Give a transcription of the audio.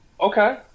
Okay